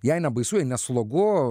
jai nebaisu jai neslogu